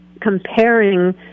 comparing